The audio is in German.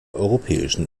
europäischen